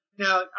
Now